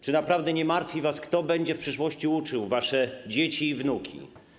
Czy naprawdę nie martwi was, kto będzie w przyszłości uczył wasze dzieci i wnuki?